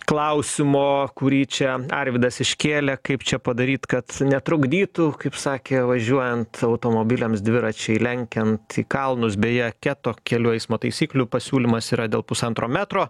klausimo kurį čia arvydas iškėlė kaip čia padaryt kad netrukdytų kaip sakė važiuojant automobiliams dviračiai lenkiant į kalnus beje keto kelių eismo taisyklių pasiūlymas yra dėl pusantro metro